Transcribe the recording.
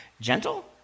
Gentle